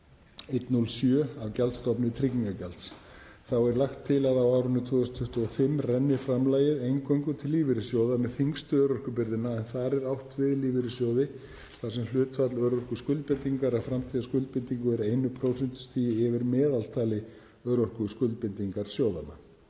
0,107% af gjaldstofni tryggingagjalds. Þá er lagt til að á árinu 2025 renni framlagið eingöngu til lífeyrissjóða með þyngstu örorkubyrðina en þar er átt við lífeyrissjóði þar sem hlutfall örorkuskuldbindingar af framtíðarskuldbindingu er 1 prósentustigi yfir meðaltali örorkuskuldbindingar sjóðanna.